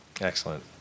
Excellent